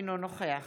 אינו נוכח